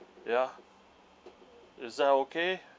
ya is that okay